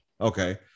okay